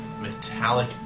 metallic